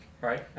Right